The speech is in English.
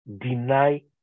deny